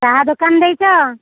ଚାହା ଦୋକାନ ଦେଇଛ